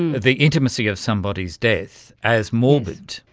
the intimacy of somebody's death, as morbid.